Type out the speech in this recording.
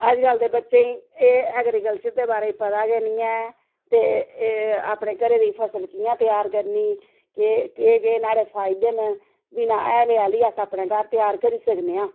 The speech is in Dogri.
अज्जकल दे बच्चे गी एह् ऐग्रीकल्चर दे बारे पता गै नी ऐ ते एह् अपने घरें दी फसल कि'यां त्यार करनी के केह् केह् नाहड़े फायदे न बिना हैले आह्ली अस अपने घर त्यार करी सकने आं